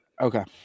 Okay